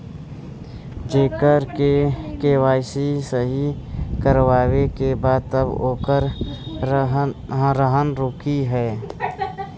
जेकर के.वाइ.सी करवाएं के बा तब ओकर रहल जरूरी हे?